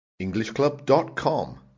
Englishclub.com